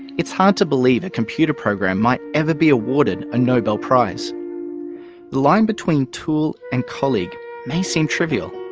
it's hard to believe a computer program might ever be awarded a nobel prize. the line between tool and colleague may seem trivial,